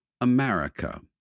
America